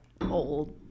old